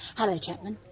hello chapman,